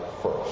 first